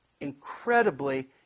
incredibly